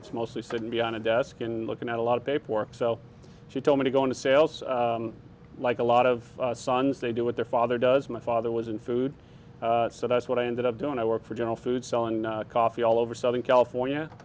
it's mostly sitting behind a desk and looking at a lot of paperwork so she told me to go into sales like a lot of sons they do with their father does my father was in food so that's what i ended up doing i worked for general food selling coffee all over southern california